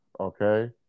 Okay